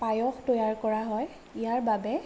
পায়স তৈয়াৰ কৰা হয় ইয়াৰ বাবে